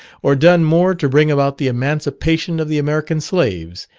or done more to bring about the emancipation of the american slaves,